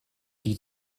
die